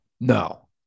No